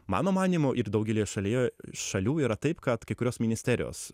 mano manymu ir daugelyje šalyje šalių yra taip kad kai kurios ministerijos